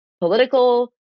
political